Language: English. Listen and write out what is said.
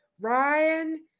Ryan